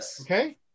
Okay